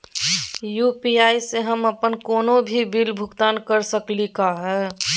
UPI स हम अप्पन कोनो भी बिल भुगतान कर सकली का हे?